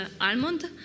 almond